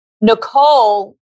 Nicole